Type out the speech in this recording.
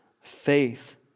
Faith